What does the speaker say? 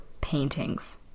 paintings